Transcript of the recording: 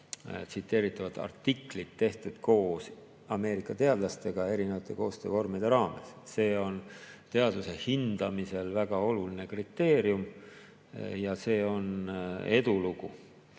tsiteeritavat artiklit tehtud koos Ameerika teadlastega eri koostöövormide raames. See on teaduse hindamisel väga oluline kriteerium ja see on edulugu.